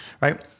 right